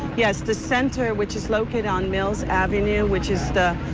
yes. the center which is located on mills avenue which is